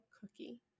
cookie